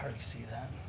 see that.